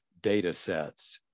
datasets